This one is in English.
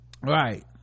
right